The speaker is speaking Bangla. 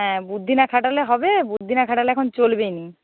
হ্যাঁ বুদ্ধি না খাটালে হবে বুদ্ধি না খাটালে এখন চলবে না